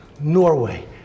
norway